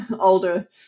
older